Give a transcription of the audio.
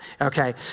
okay